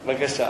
בבקשה.